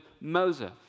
Moses